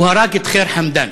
הוא הרג את ח'יר חמדאן.